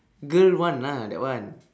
girl one lah that one